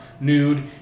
nude